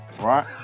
Right